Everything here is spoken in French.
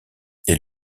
est